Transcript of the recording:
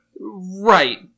Right